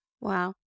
Wow